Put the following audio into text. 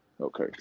Okay